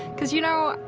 because, you know,